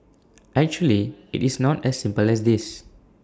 actually IT is not as simple as this